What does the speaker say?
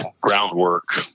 groundwork